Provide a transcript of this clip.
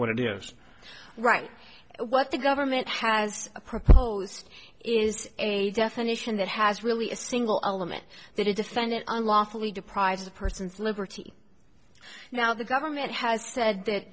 what it is right what the government has proposed is a definition that has really a single element that a defendant unlawfully deprives a person's liberty now the government has said that